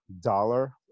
dollar